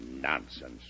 nonsense